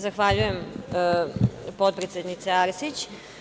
Zahvaljujem potpredsedniče Arsić.